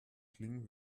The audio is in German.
klingen